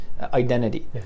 identity